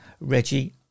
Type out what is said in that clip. Reggie